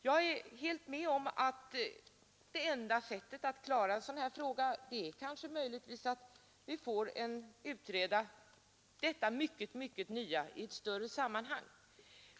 Jag kan helt hålla med om att det enda sättet att klara av en sådan här fråga är att vi får en utredning om detta nya skolsystem i ett större sammanhang.